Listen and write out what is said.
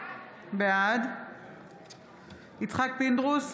בעד יצחק פינדרוס,